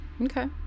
Okay